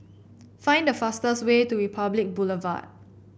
find the fastest way to Republic Boulevard